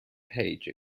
paige